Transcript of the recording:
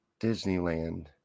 Disneyland